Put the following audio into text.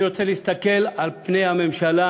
אני רוצה להסתכל על פני הממשלה,